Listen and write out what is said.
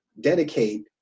dedicate